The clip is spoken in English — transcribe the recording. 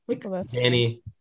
Danny